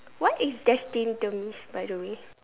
what is destined demise by the way